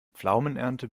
pflaumenernte